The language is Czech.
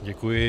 Děkuji.